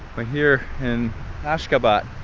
but here in ashgabat,